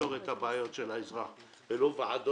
ושיפתור את הבעיות של האזרח ולא ועדות.